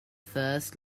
first